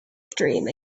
dream